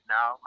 Now